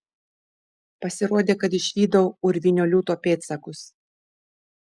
pasirodė kad išvydau urvinio liūto pėdsakus